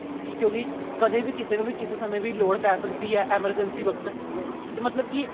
ਕਿ ਕਿਉਂਕਿ ਕਦੇ ਵੀ ਕਿਸੇ ਨੂੰ ਵੀ ਕਿਸੇ ਸਮੇਂ ਵੀ ਲੋੜ ਪੈ ਸਕਦੀ ਹੈ ਐਮਰਜੈਂਸੀ ਵਕਤ ਅਤੇ ਮਤਲਬ ਕਿ